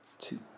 two